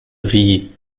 wie